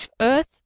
earth